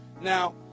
Now